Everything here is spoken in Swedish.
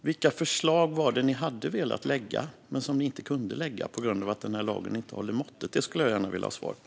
Vilka förslag var det som ni hade kunnat lägga fram men som ni inte kunde lägga fram på grund av att lagen inte höll måttet? Det skulle jag gärna vilja ha svar på.